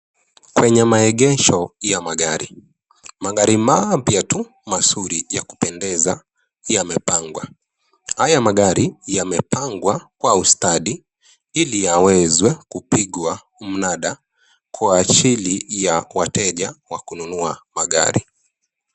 Kwenye maegesho ya magari. Magari mapya tu mazuri ya kupendeza, yamepangwa. Haya magari yamepangwa kwa ustadi, ili yaweze kupigwa mnada, kwa ajili ya wateja wa kununua magari.